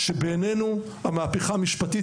שבעניינו יש קשר ישיר בינו לבין המהפכה המשפטית,